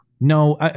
No